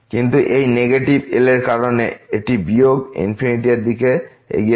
কিন্তু এই নেগেটিভL এর কারণে এটি বিয়োগ ইনফিনিটি এর দিকে এগিয়ে যাবে